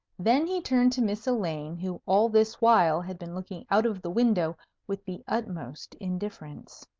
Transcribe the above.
then he turned to miss elaine, who all this while had been looking out of the window with the utmost indifference.